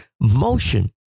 motion